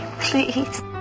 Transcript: please